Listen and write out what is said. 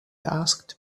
asked